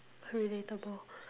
relatable